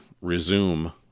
resume